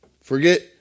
Forget